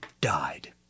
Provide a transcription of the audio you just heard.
died